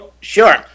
Sure